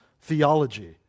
theology